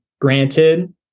granted